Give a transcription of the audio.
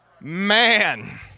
man